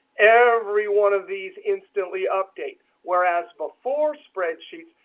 every one of these instantly updates. whereas before spreadsheets,